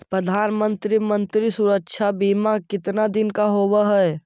प्रधानमंत्री मंत्री सुरक्षा बिमा कितना दिन का होबय है?